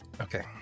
Okay